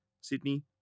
Sydney